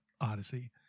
Odyssey